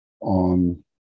on